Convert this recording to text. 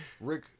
Rick